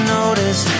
notice